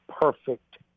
perfect